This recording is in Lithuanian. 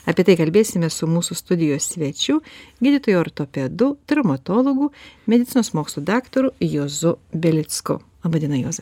apie tai kalbėsimės su mūsų studijos svečiu gydytoju ortopedu traumatologu medicinos mokslų daktaru juozu belicku laba diena juozai